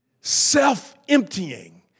self-emptying